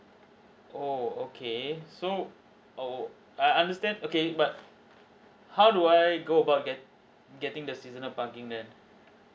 oo okay so oo I understand okay but how do I go about get getting the seasonal parking then